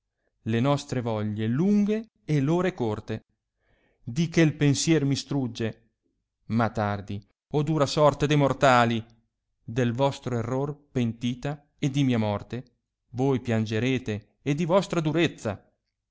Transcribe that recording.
le nostre voglie lunghe e ore corte di che pensier mi strugge ma tardi o dura sorte de mortali del vostro error pentita e di mia morte voi piangerete e di vostra durezza